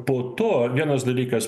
po to vienas dalykas